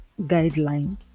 guideline